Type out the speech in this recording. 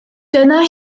dyna